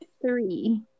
three